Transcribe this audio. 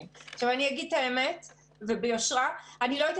לעסקים שכבר פועלים מזה שנים ארוכות כאשר מדי תקופה,